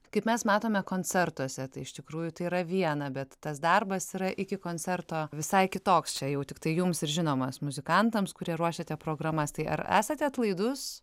kaip mes matome koncertuose tai iš tikrųjų tai yra viena bet tas darbas yra iki koncerto visai kitoks čia jau tiktai jums ir žinomas muzikantams kurie ruošiate programas tai ar esate atlaidus